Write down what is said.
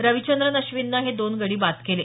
रविंचंद्रन अश्विननं हे दोन गडी बाद केला